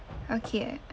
okay